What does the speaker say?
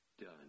done